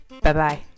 Bye-bye